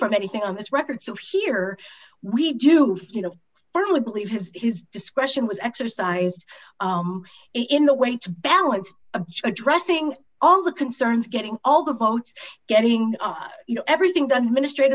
from anything on this record so here we do you know firmly believe his his discretion was exercised in the weights balance of addressing all the concerns getting all the boats getting everything done ministr